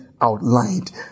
outlined